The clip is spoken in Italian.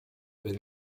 per